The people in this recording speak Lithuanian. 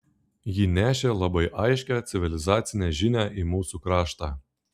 ji nešė labai aiškią civilizacinę žinią į mūsų kraštą